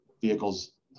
vehicles